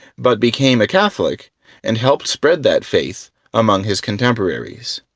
but became a catholic and helped spread that faith among his contemporaries.